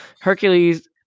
hercules